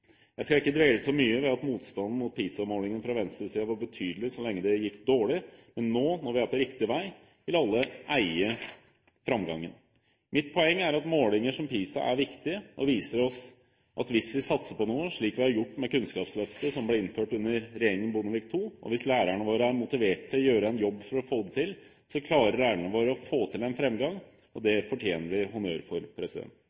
Jeg skal ikke dvele så mye ved at motstanden mot PISA-målingen fra venstresiden var betydelig så lenge det gikk dårlig, mens nå, når vi er på riktig vei, vil alle «eie» framgangen. Mitt poeng er at målinger som PISA er viktige og viser oss at hvis vi satser på noe, slik vi har gjort med Kunnskapsløftet, som ble innført under regjeringen Bondevik II, og hvis lærerne våre er motivert til å gjøre en jobb for å få det til, klarer lærerne våre å få til en framgang, og det